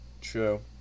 True